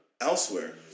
elsewhere